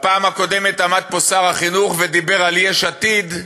בפעם הקודמת עמד פה שר החינוך ודיבר על יש עתיד,